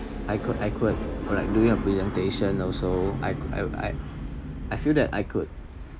I could I could like during a presentation also I could I I I feel that I could